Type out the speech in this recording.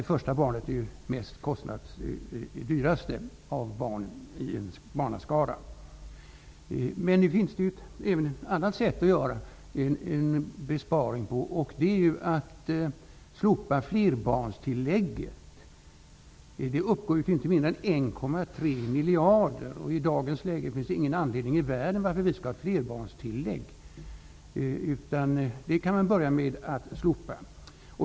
Det första barnet är det dyraste av barnen i en barnaskara. Men det finns ju också ett annat sätt att göra en besparing. Vi skulle kunna slopa flerbarnstillägget. Det uppgår till inte mindre än 1,3 miljarder. I dagens läge finns det ingen anledning i världen till varför vi skall ha ett flerbarnstillägg. Vi kan börja med att slopa det.